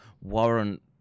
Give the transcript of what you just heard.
warrant